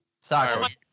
Soccer